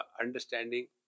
understanding